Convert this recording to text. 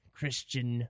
Christian